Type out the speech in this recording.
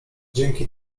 dzięki